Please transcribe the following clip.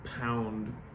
pound